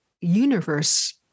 universe